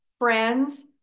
friends